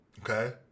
Okay